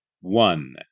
one